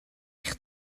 eich